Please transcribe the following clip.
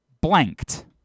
blanked